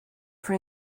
for